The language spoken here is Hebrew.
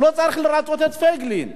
הוא לא צריך לרצות את פייגלין.